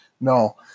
No